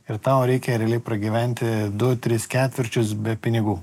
ir tau reikia realiai pragyventi du tris ketvirčius be pinigų